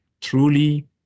truly